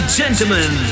gentlemen